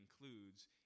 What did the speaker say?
includes